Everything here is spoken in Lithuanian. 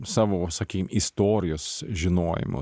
savo sakym istorijos žinojimu